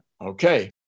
Okay